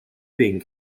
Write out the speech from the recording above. being